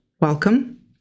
welcome